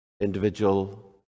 individual